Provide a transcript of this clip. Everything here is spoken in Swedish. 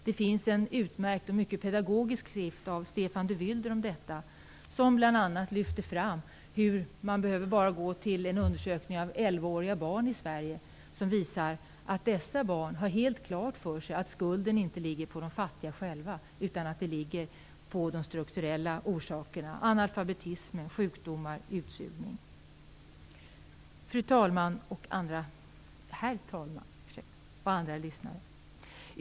Det finns en utmärkt och mycket pedagogisk skrift av Stefan de Wylder om detta som bl.a. lyfter fram det faktum att man bara behöver gå till en undersökning av elvaåriga barn i Sverige för att inse att dessa barn har helt klart för sig att skulden inte ligger på de fattiga själva utan att problemet har strukturella orsaker: analfabetism, sjukdomar och utsugning. Herr talman! Andra lyssnare!